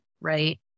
Right